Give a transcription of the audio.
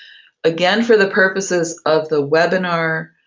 again, for the purposes of the webinar,